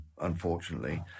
unfortunately